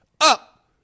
up